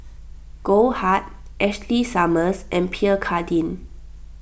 Goldheart Ashley Summers and Pierre Cardin